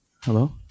Hello